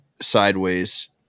sideways